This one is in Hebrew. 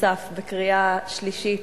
נוסף בקריאה שלישית,